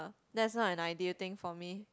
that's not an ideal thing for me